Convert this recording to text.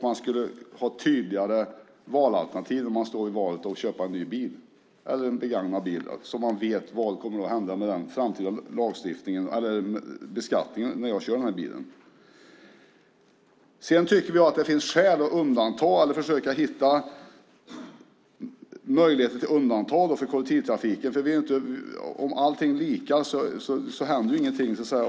Man skulle ha tydligare alternativ när man ska välja att köpa en ny eller en begagnad bil, så att man vet vad som kommer att hända med den framtida beskattningen när man kör denna bil. Vi tycker att det finns skäl att försöka hitta undantag för kollektivtrafiken. Om allt är lika för alla händer ingenting.